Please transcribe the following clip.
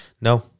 No